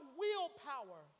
willpower